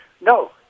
no